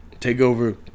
TakeOver